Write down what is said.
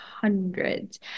hundreds